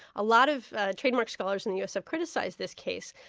a lot of trademark scholars in the us have criticised this case,